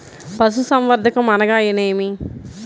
పశుసంవర్ధకం అనగానేమి?